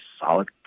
solid